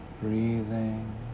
Breathing